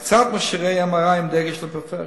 הקצאת מכשירי MRI בדגש על הפריפריה.